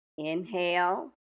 Inhale